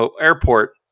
Airport